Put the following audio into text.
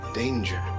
danger